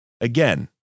again